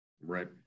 Right